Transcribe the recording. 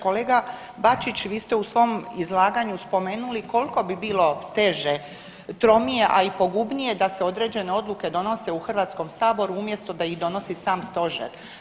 Kolega Bačić vi ste u svom izlaganju spomenuli koliko bi bilo teže, tromije, a i pogubnije da se određene odluke donose u Hrvatskom saboru umjesto da ih donosi sam stožer.